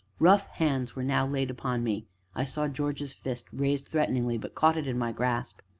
rough hands were now laid upon me i saw george's fist raised threateningly, but caught it in my grasp.